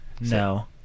No